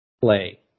play